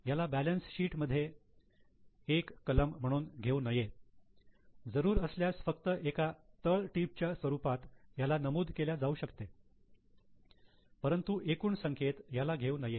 ह्याला balance sheet मध्ये हे एक कलम म्हणून घेऊ नये जरूर असल्यास फक्त एका टीप च्या रूपात ह्याला नमूद केल्या जाऊ शकते परंतु एकूण संख्येत याला घेऊ नये